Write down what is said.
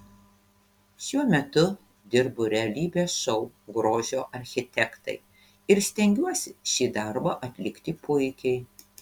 šiuo metu dirbu realybės šou grožio architektai ir stengiuosi šį darbą atlikti puikiai